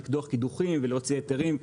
לקדוח קידוחים ולהוציא היתרים.